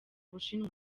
bushinwa